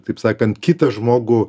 taip sakant kitą žmogų